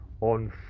on